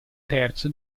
terzo